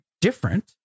different